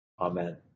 Amen